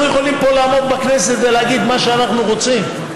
אנחנו יכולים לעמוד פה בכנסת ולהגיד מה שאנחנו רוצים,